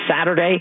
Saturday